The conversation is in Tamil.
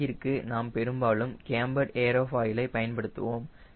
விங்கிற்கு நாம் பெரும்பாலும் கேம்பர்டு ஏரோஃபாயிலை பயன்படுத்துவோம்